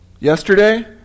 yesterday